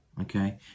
Okay